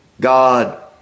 God